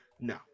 No